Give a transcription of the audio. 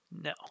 No